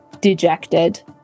dejected